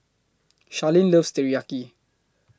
Charlene loves Teriyaki